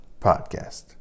Podcast